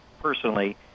personally